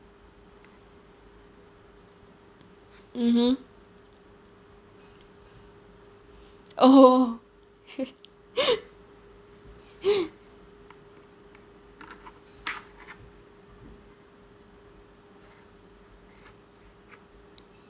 mmhmm oh